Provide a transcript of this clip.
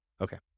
Okay